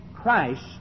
Christ